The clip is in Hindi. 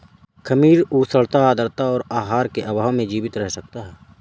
खमीर उष्णता आद्रता और आहार के अभाव में जीवित रह सकता है